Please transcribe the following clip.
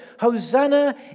Hosanna